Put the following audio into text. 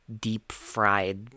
deep-fried